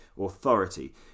Authority